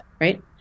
Right